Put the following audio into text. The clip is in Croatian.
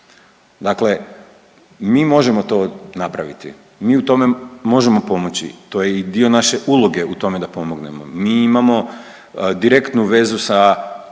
dakle mi možemo to napraviti, mi u tome možemo pomoći, to je i dio naše uloge u tome da pomognemo, mi imamo direktnu vezu sa